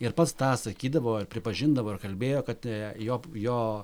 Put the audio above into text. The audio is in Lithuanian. ir pats tą sakydavo ir pripažindavo ir kalbėjo kad jop jo